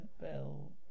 bell